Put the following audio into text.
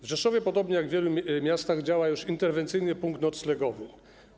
W Rzeszowie, podobnie jak w wielu miastach, działa już interwencyjny punkt noclegowy.